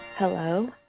Hello